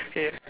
okay